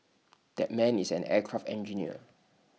that man is an aircraft engineer